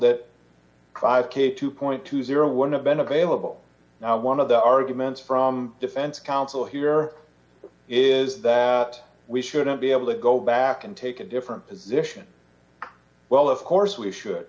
that five k two point two zero one abene bailable one of the arguments from defense counsel here is that we shouldn't be able to go back and take a different position well of course we should